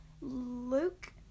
luke